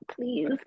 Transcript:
please